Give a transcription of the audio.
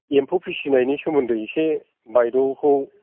एम्फौ फिसिनायनि सोमोन्दै एसे बायद'खौ